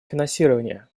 финансирование